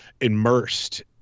immersed